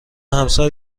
همسر